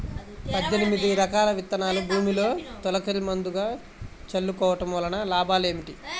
పద్దెనిమిది రకాల విత్తనాలు భూమిలో తొలకరి ముందుగా చల్లుకోవటం వలన లాభాలు ఏమిటి?